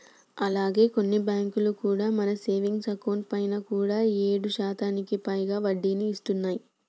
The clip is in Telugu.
అలాగే కొన్ని బ్యాంకులు మన సేవింగ్స్ అకౌంట్ పైన కూడా ఏడు శాతానికి పైగా వడ్డీని ఇస్తున్నాయి